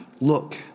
Look